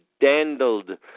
dandled